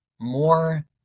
more